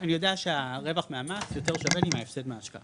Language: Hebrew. אני יודע שהרווח מהמס יותר שווה לי מההפסד מההשקעה,